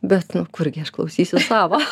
bet nu kurgi aš klausysiu savą